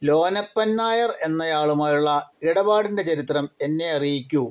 ലോനപ്പൻ നായർ എന്നയാളുമായുള്ള ഇടപാടിൻ്റെ ചരിത്രം എന്നെ അറിയിക്കൂ